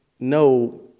No